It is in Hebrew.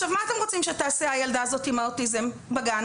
מה אתם רוצים שתעשה הילדה הזאת עם האוטיזם בגן?